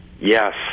yes